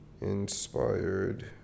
inspired